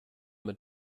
mit